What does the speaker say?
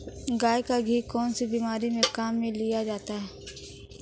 गाय का घी कौनसी बीमारी में काम में लिया जाता है?